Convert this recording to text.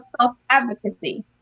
self-advocacy